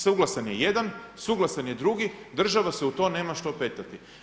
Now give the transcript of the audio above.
Suglasan je jedan, suglasan je drugi, država se u to nema što petljati.